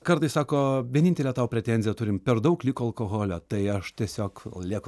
kartais sako vienintelę tau pretenziją turim per daug liko alkoholio tai aš tiesiog lieku